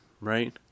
right